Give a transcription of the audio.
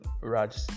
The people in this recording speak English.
raj